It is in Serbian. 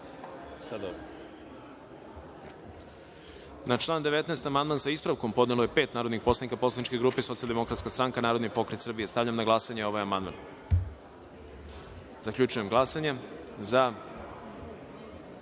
član 13. amandman je podnelo pet narodnih poslanika poslaničke grupe Socijaldemokratska stranka, Narodni pokret Srbije. Stavljam na glasanje ovaj amandman. Zaključujem glasanje i